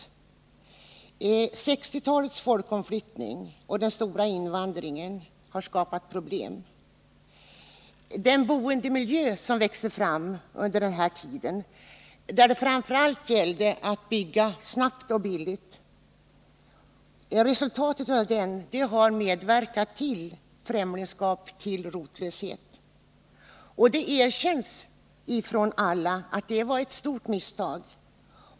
1960-talets folkomflyttning och den stora invandringen har skapat problem. Resultatet av den boendemiljö som växte fram under denna tid, varvid det framför allt gällde att bygga snabbt och billigt, har medverkat till främlingskap och rotlöshet. Det erkänns också av alla att detta var ett stort misstag.